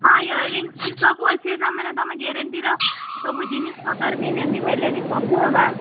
ହଁ earrings ବି ଅଛି ସବୁ ତା'ମାନେ ତୁମେ ଗ୍ୟାରେଣ୍ଟିର ସବୁ ଜିନିଷ ପତ୍ର ବି ନେଁବେ ବୋଲେ ସବୁ ହେବା